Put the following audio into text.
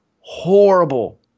horrible